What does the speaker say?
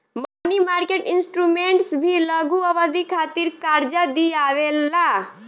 मनी market instruments भी लघु अवधि खातिर कार्जा दिअवावे ला